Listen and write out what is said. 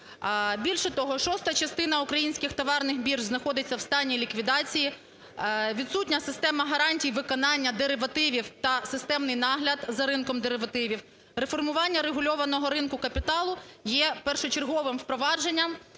Більше того, шоста частина українських товарних бірж знаходиться в стані ліквідації, відсутня система гарантій виконання деривативів та системний нагляд за ринком деривативів. Реформування регульованого ринку капіталу є першочерговим впровадженням…